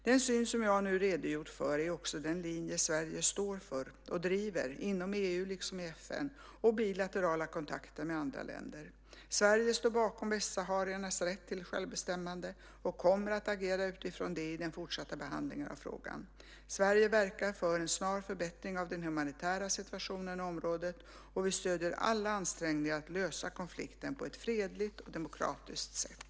Den syn som jag nu redogjort för är också den linje Sverige står för och driver inom EU liksom i FN och bilaterala kontakter med andra länder. Sverige står bakom västsahariernas rätt till självbestämmande och kommer att agera utifrån detta i den fortsatta behandlingen av frågan. Sverige verkar för en snar förbättring av den humanitära situationen i området och vi stöder alla ansträngningar att lösa konflikten på ett fredligt och demokratiskt sätt.